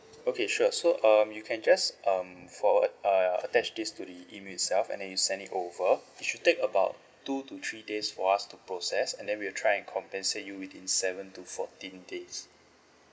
okay sure so um you can just um forward err attach this to the email itself and then you send it over it should take about two to three days for us to process and then we'll try and compensate you within seven to fourteen days